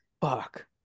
fuck